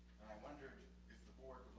wondered if the board